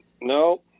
no